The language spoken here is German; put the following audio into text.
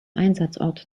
einsatzort